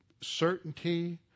certainty